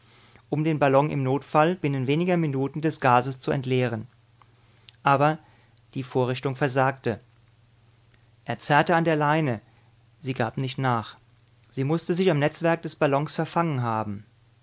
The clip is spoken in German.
um den ballon im notfall binnen wenigen minuten des gases zu entleeren aber die vorrichtung versagte er zerrte an der leine sie gab nicht nach sie mußte sich am netzwerk des ballons verfangen haben